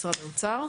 משרד האוצר,